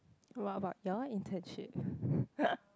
what about your internship